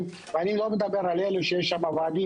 ואני לא מדבר על כאלה שיש בהם שם ועדים,